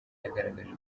yagaragaje